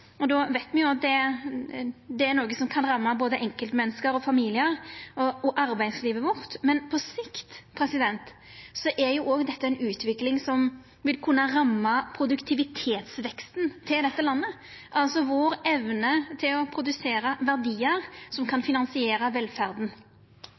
organisasjonsgrad. Då veit me at det er noko som kan ramma både enkeltmenneske og familiar og arbeidslivet vårt, men på sikt er dette òg ei utvikling som vil kunna ramma produktivitetsveksten til dette landet – altså evna vår til å produsera verdiar som kan